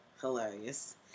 hilarious